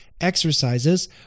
exercises